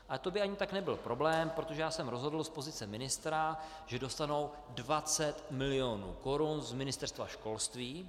Ale to by ani tak nebyl problém, protože já jsem rozhodl z pozice ministra, že dostanou 20 mil. korun z Ministerstva školství.